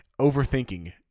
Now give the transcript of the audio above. overthinking